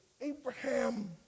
Abraham